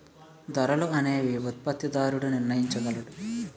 ధరలు అనేవి ఉత్పత్తిదారుడు నిర్ణయించగలడు